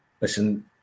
Listen